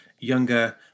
younger